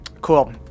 Cool